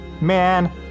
man